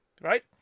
right